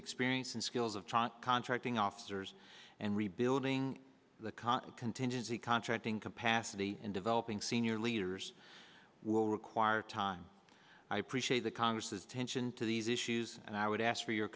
experience and skills of contracting officers and rebuilding the cost of contingency contracting capacity in developing senior leaders will require time i appreciate the congress's tension to these issues and i would ask for your